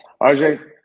RJ